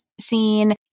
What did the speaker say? scene